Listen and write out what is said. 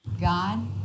God